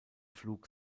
flug